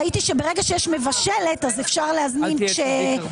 ראיתי שברגע שיש מבשלת אז אפשר להזמין כשצריך,